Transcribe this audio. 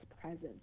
presence